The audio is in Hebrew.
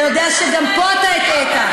אתה יודע שגם פה אתה הטעית.